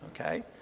okay